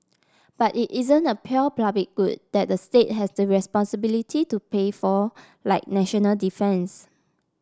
but it isn't a pure public good that the state has the responsibility to pay for like national defence